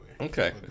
Okay